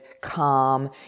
calm